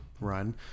run